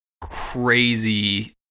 crazy